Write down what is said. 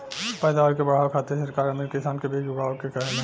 पैदावार के बढ़ावे खातिर सरकार अमीर किसान के बीज उगाए के कहेले